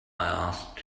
asked